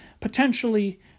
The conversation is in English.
potentially